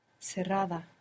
Cerrada